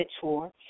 Tour